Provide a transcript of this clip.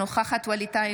אינה נוכחת ווליד טאהא,